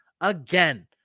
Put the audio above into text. again